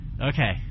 Okay